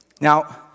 now